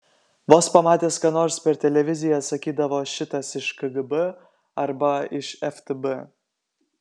vos pamatęs ką nors per televiziją sakydavo šitas iš kgb arba iš ftb